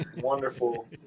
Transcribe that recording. Wonderful